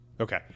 Okay